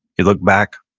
you look back,